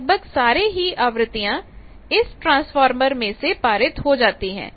तो लगभग सारे हीआवृत्तियां इस ट्रांसफार्मर में से पारित हो जाती हैं